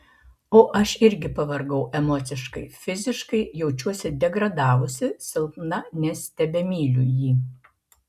o aš irgi pavargau emociškai fiziškai jaučiuosi degradavusi silpna nes tebemyliu jį